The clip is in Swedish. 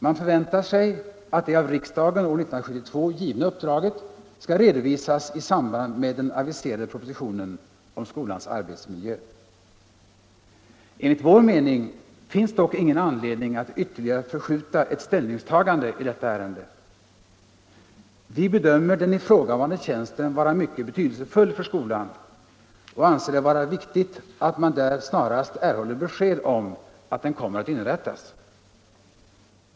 Man förväntar sig att det av riksdagen år 1972 givna uppdraget skall redovisas i samband med den aviserade propositionen om skolans arbetsmiljö. Enligt vår mening finns dock ingen anledning att ytterligare förskjuta ett ställningstagande i detta ärende. Vi bedömer den ifrågavarande tjänsten vara mycket betydelsefull för skolan och anser det vara viktigt att man där snarast erhåller besked om att den kommer att inrättas.